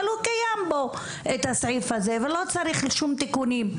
הוא קיים - קיים הסעיף הזה ולא צריך תיקונים.